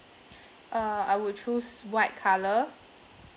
uh I would choose white colour